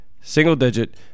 Single-digit